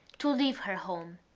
to leave her home.